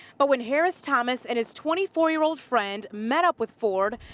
but when harris thomas and his twenty four year old friend met up with ford,